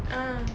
ah